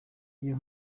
iyo